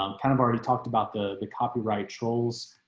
um kind of already talked about the the copyright trolls